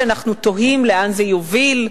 אנחנו תוהים לאן זה יוביל,